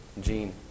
Gene